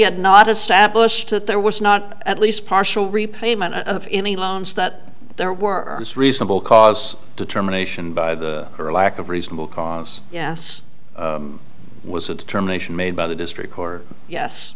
had not established that there was not at least partial repayment of any loans that there were reasonable cause determination by the or lack of reasonable cause yes was a determination made by the district court yes